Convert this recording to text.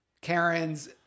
Karen's